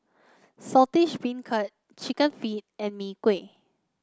Saltish Beancurd chicken feet and Mee Kuah